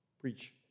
preach